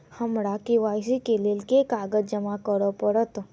हमरा के.वाई.सी केँ लेल केँ कागज जमा करऽ पड़त?